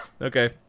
Okay